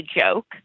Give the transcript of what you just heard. joke